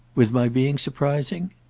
with my being surprising?